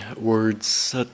words